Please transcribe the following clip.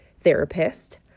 therapist